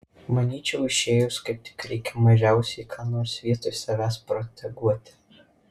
manyčiau išėjus kaip tik reikia mažiausiai ką nors vietoj savęs proteguoti